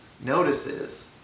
notices